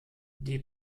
die